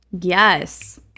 Yes